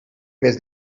més